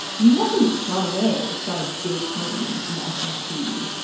he hasn't gone away. this guy, jay clayton from the s e c,